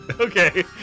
okay